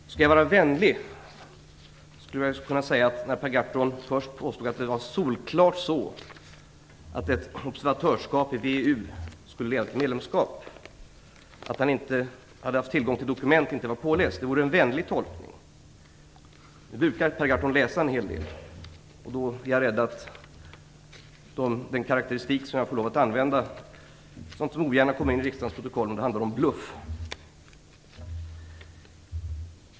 Om jag hade varit vänlig skulle jag ha kunnat säga att Per Gahrton, när han först påstod att det var solklart att ett observatörskap i VEU skulle leda till medlemskap, inte hade haft tillgång till dokumenten och inte var påläst. Nu brukar Per Gahrton läsa en hel del, och jag är rädd för att den karakteristik som jag får lov att använda - även om man ogärna för sådant till riksdagens protokoll - blir att det handlar om en bluff.